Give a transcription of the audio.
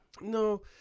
No